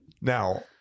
Now